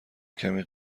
کمی